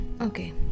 Okay